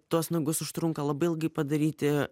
tuos nagus užtrunka labai ilgai padaryti